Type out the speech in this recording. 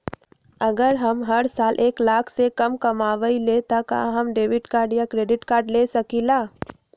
अगर हम हर साल एक लाख से कम कमावईले त का हम डेबिट कार्ड या क्रेडिट कार्ड ले सकीला?